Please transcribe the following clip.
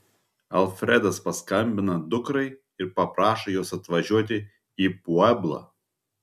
alfredas paskambina dukrai ir paprašo jos atvažiuoti į pueblą